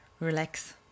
relax